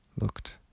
looked